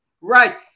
right